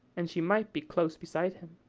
and she might be close beside him.